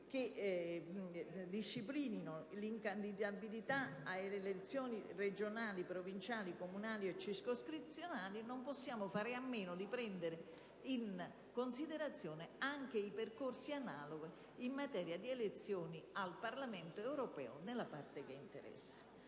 che disciplinino l'incandidabilità alle elezioni regionali, provinciali, comunali e circoscrizionali, non possiamo fare a meno di prendere in considerazione anche i percorsi analoghi in materia di elezioni al Parlamento europeo nella parte che interessa